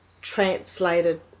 translated